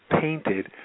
painted